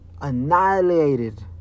annihilated